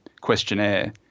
questionnaire